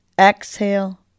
Exhale